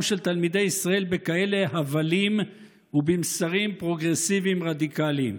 של תלמידי ישראל בכאלה הבלים ובמסרים פרוגרסיביים רדיקליים.